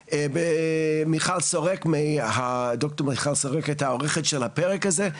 וד"ר מיכל שורק הייתה העורכת של הפרק הזה,